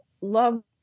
love